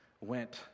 went